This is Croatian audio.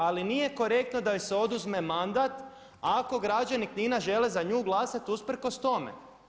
Ali nije korektno da joj se oduzme mandat ako građani Knina žele za nju glasati usprkos tome.